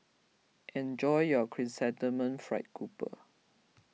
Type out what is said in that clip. enjoy your Chrysanthemum Fried Grouper